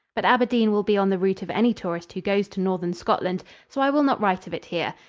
but aberdeen will be on the route of any tourist who goes to northern scotland, so i will not write of it here.